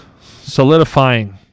solidifying